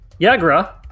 Yagra